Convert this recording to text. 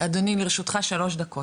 אדוני לרשותך שלוש דקות